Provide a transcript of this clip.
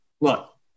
look